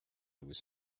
was